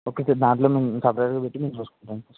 okay sir దాంట్లో మిమ్మల్ని సపరేట్గా పెట్టి మేం చూసుకుంటాం సర్